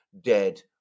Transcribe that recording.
dead